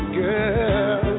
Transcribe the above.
girl